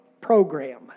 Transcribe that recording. program